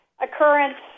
occurrence